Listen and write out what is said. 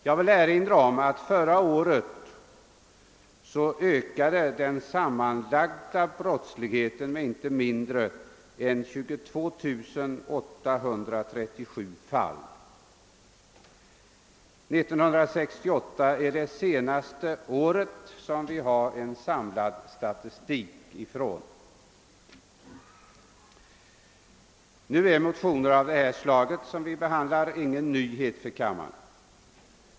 Jag vill erinra om att den sammanlagda brottsligheten förra året ökade med inte mindre än 22 837 fall — 1968 är det senaste år för vilket vi har en samlad statistik. Nu är motioner av det slag som vi här behandlar ingen nyhet för kammaren.